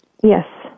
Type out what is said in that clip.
Yes